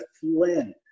Flynn